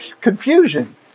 confusion